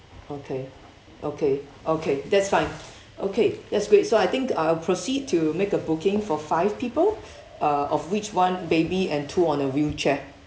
okay okay okay that's fine okay that's great so I think I'll proceed to make a booking for five people uh of which one baby and two on a wheelchair